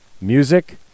music